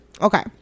okay